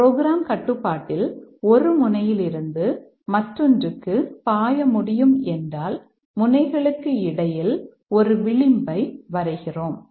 program கட்டுப்பாட்டில் ஒரு முனையிலிருந்து மற்றொன்றுக்கு பாய முடியும் என்றால் முனைகளுக்கு இடையில் ஒரு விளிம்பை வரைகிறோம்